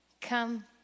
Come